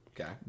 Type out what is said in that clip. Okay